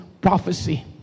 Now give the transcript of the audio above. prophecy